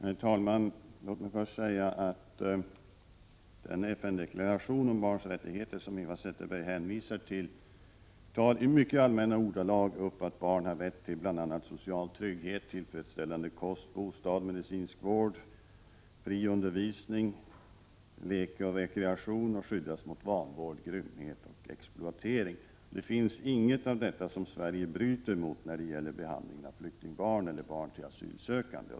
Herr talman! Låt mig först säga att den FN-deklaration om Barns Rättigheter som Eva Zetterberg hänvisar till i mycket allmänna ordalag tar upp att barn har rätt till bl.a. social trygghet, tillfredsställande kost, bostad, medicinsk vård, fri undervisning, lek och rekreation samt skydd mot vanvård, grymhet och exploatering. Sverige bryter inte mot något av detta när det gäller behandlingen av flyktingbarn eller barn till asylsökande.